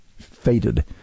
faded